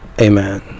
Amen